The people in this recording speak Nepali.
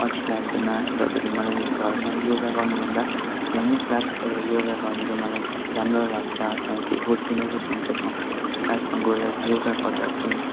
अल्छी लाग्दैन र पनि मलाई घरमा योगा गर्नु भन्दा बिहानै क्लास गएर योगा गर्नु चाहिँ मलाई राम्रो लाग्छ त्यहाँदेखि चाहिँ फुर्ती महसुस हुन्छ त्यहाँ क्लासमा गएर योगा गर्दा चाहिँ